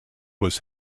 was